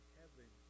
heaven